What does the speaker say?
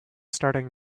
starting